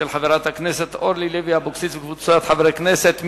של חברת הכנסת אורלי לוי אבקסיס וקבוצת חברי כנסת.